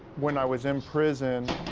when i was in prison,